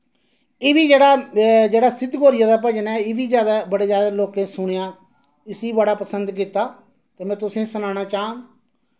एह् बी जेह्ड़ा जेह्ड़ा सिद्ध गोरिया दा भजन ऐ एह् बी ज्यादा बड़े ज्यादा लोकें सुनेआ इसी बड़ा पसंद कीत्ता ते मैं तुसें सनाना चाहंग